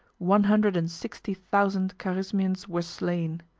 one hundred and sixty thousand carizmians were slain.